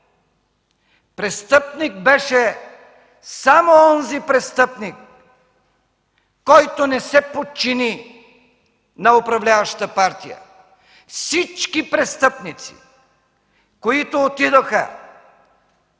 престъпник беше само онзи престъпник, който не се подчини на управляващата партия. Всички престъпници, които отидоха,